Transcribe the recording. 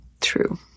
True